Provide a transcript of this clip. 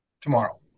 tomorrow